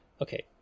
Okay